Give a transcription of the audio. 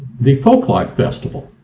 the folklife festival.